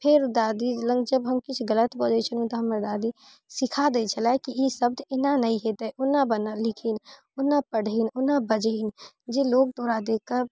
फेर दादी लग जब हम किछु गलत बजैत छलहुँ हँ तऽ हमर दादी सीखा दैत छलथि कि ई शब्द एना नहि हेतै ओना बन लिखी ओना पढ़ीन ओना बजही जे लोग तोरा देखिके